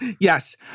yes